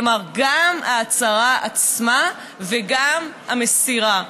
כלומר, גם ההצהרה עצמה וגם המסירה.